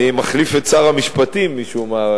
אני מחליף את שר המשפטים משום מה.